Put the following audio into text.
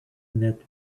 that